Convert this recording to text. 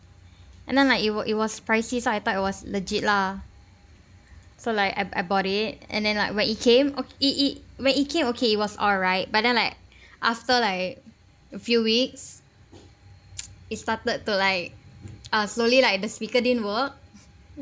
and then like it wa~ it was pricy so I thought it was legit lah so like I I bought it and then like when it came o~ i~ i~ when it came okay it was all right but then like after like a few weeks it started to like uh slowly like the speaker didn't work